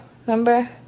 remember